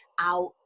out